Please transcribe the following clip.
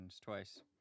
Twice